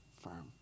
firm